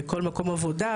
בכל מקום עבודה.